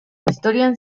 historian